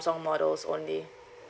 samsung models only